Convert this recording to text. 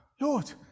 Lord